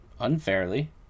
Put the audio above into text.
unfairly